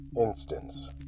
Instance